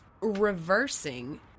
reversing